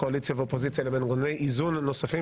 קואליציה ואופוזיציה לגבי מנגנוני איזון נוספים